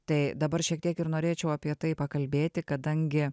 tai dabar šiek tiek ir norėčiau apie tai pakalbėti kadangi